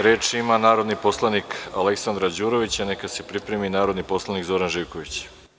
Reč ima narodni poslanik Aleksandra Đurović, a neka se pripremi narodni poslanik Zoran Živković.